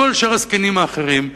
וכל שאר הזקנים האחרים,